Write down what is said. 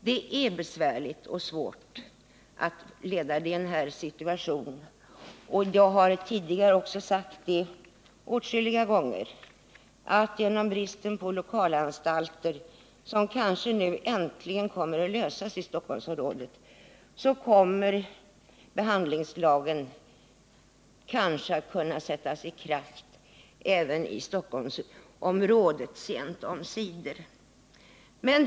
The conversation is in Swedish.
Det är besvärligt att verka i denna situation, och jag har tidigare åtskilliga gånger sagt, att genom bristen på lokalanstalter, som kanske nu äntligen kommer att kunna hävas i Stockholmsområdet, kommer eventuellt också behandlingslagen att kunna sättas i kraft inom denna region.